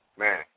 Man